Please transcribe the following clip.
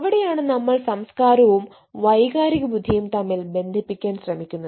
അവിടെയാണ് നമ്മൾ സംസ്കാരവും വൈകാരിക ബുദ്ധിയും തമ്മിൽ ബന്ധിപ്പിക്കാൻ ശ്രമിക്കുന്നത്